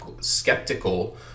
skeptical